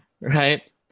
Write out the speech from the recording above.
right